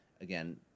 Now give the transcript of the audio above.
again